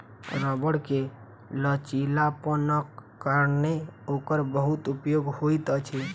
रबड़ के लचीलापनक कारणेँ ओकर बहुत उपयोग होइत अछि